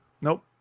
nope